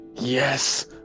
Yes